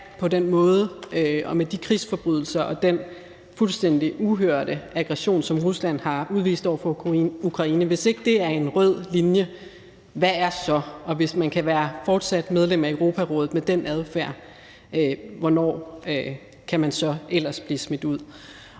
på den måde og med de krigsforbrydelser og den fuldstændig uhørte aggression, som Rusland har udvist over for Ukraine, er en rød linje, hvad er så? Og hvis man fortsat kan være medlem af Europarådet med den adfærd, hvornår kan man så ellers blive smidt ud?